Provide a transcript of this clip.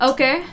Okay